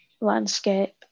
landscape